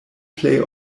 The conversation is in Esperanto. plej